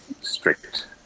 strict